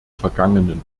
vergangenen